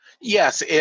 Yes